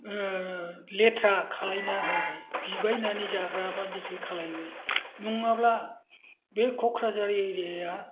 लेथ्रा खालामना होबाय बिबायनानै जाग्रा बादिसो खालामबाय नङाब्ला बे क'क्राझार एरिया या